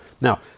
Now